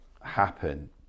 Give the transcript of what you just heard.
happen